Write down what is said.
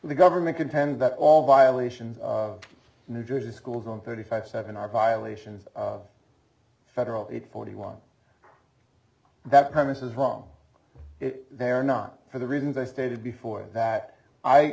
the government contend that all violations of new jersey schools on thirty five seven are violations of federal it forty one that time is wrong they are not for the reasons i stated before that i